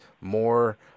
more